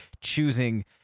choosing